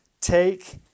Take